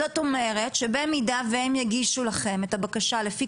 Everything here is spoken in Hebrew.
זאת אומרת שבמידה והם יגישו לכם את הבקשה לפי